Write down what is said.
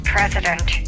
President